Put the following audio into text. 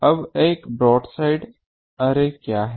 अब एक broadside array क्या है